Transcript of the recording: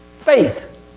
Faith